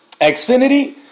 Xfinity